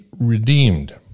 redeemed